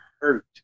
hurt